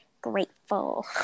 grateful